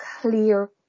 clear